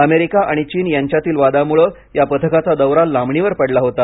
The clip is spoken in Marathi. अमेरिका आणि चीन यांच्यातील वादामुळे या पथकाचा दौरा लांबणीवर पडला होता